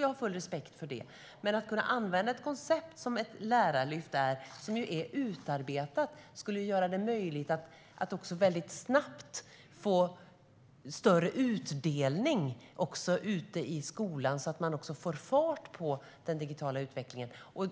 Jag har full respekt för det. Men att kunna använda ett koncept, som ett lärarlyft är, som är utarbetat skulle göra det möjligt att väldigt snabbt få större utdelning ute i skolan, så att man också får fart på den digitala utvecklingen.